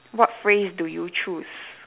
what phrase do you choose